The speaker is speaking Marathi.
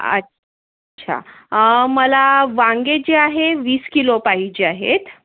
अच्छा मला वांगे जे आहे वीस किलो पाहिजे आहेत